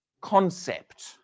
concept